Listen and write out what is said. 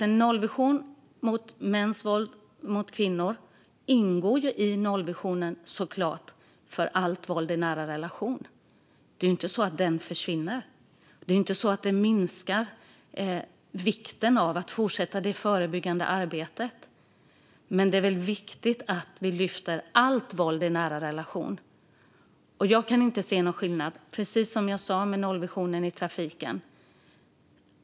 En nollvision mot mäns våld mot kvinnor ingår såklart i nollvisionen för allt våld i nära relationer. Det är inte så att den försvinner. Det är inte så att det minskar vikten av att fortsätta det förebyggande arbetet. Men det är viktigt att vi lyfter allt våld i nära relationer. Precis som jag sa gällande nollvisionen i trafiken kan jag inte se någon skillnad.